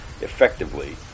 effectively